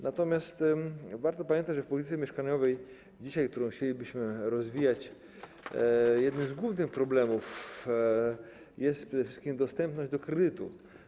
Natomiast warto pamiętać, że dzisiaj w polityce mieszkaniowej, którą chcielibyśmy rozwijać, jednym z głównych problemów jest przede wszystkim dostęp do kredytu.